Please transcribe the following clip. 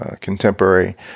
contemporary